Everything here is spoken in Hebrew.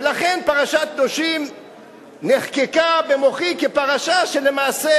ולכן פרשת קדושים נחקקה במוחי כפרשה שלמעשה,